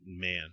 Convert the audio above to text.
man